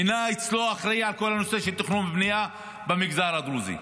מינה אצלו אחראי על כל הנושא של תכנון ובנייה במגזר הדרוזי,